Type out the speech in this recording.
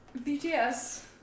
BTS